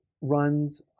runs